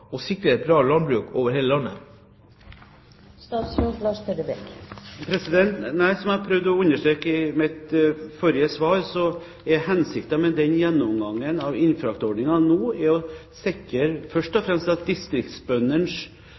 og man sikrer et bra landbruk over hele landet? Som jeg prøvde å understreke i mitt forrige svar, er hensikten med gjennomgangen av innfraktordningen først og fremst å sikre